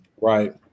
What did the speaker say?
right